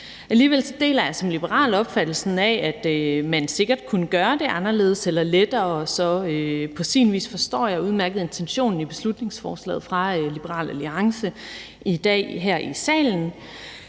Alligevel deler jeg som liberal opfattelsen af, at man sikkert kunne gøre det anderledes eller lettere. Så på sin vis forstår jeg udmærket intentionen i beslutningsforslaget fra Liberal Alliance, som vi behandler